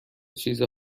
چیز